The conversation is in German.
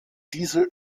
diese